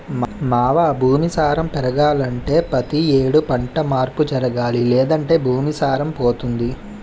మావా భూమి సారం పెరగాలంటే పతి యేడు పంట మార్పు జరగాలి లేదంటే భూమి సారం పోతుంది